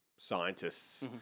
scientists